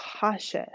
cautious